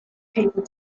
people